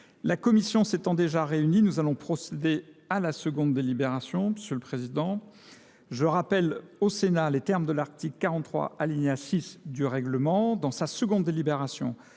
La Commission s'étant déjà réuni, nous allons procéder à la seconde délibération, Monsieur le Président. Je rappelle au Sénat les termes de l'article 43 alinéa 6 du règlement dans sa seconde délibération.